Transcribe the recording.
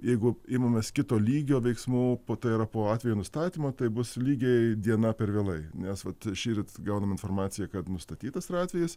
jeigu imamės kito lygio veiksmų po tai yra po atvejo nustatymo tai bus lygiai diena per vėlai nes vat šįryt gauname informaciją kad nustatytas yra atvejis